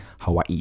hawaii